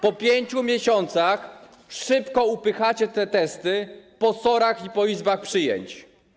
Po 5 miesiącach szybko upychacie te testy po SOR-ach i izbach przyjęć.